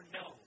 no